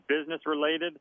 business-related